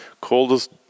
coldest